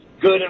good